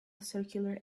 circular